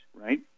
right